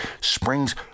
springs